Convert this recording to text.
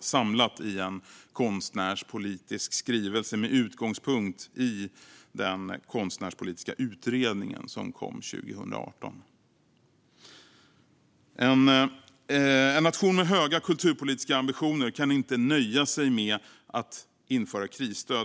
samlat i en konstnärspolitisk skrivelse med utgångspunkt i den konstnärspolitiska utredningen, som kom 2018. En nation med höga kulturpolitiska ambitioner kan inte nöja sig med att införa krisstöd.